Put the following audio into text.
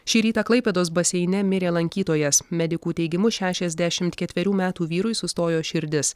šį rytą klaipėdos baseine mirė lankytojas medikų teigimu šešiasdešimt ketverių metų vyrui sustojo širdis